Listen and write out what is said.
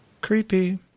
Creepy